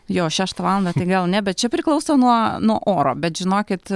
jo šeštą valandą tai gal ne bet čia priklauso nuo nuo oro bet žinokit